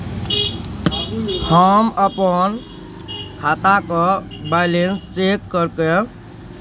हम अपन खाताके बैलेंस चेक कर कऽ